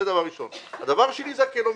הדבר השני הוא הקילומטרג'.